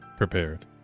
prepared